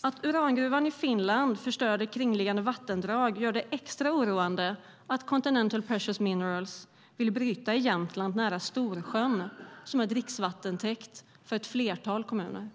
Att urangruvan i Finland förstörde kringliggande vattendrag gör det extra oroande att Continental Precious Minerals vill bryta i Jämtland nära Storsjön, som är dricksvattentäkt för ett flertal kommuner.